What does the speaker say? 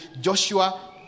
Joshua